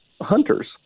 hunters